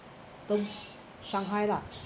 shanghai lah